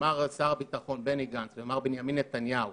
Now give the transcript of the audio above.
שר הביטחון בני גנץ ומר בנימין נתניהו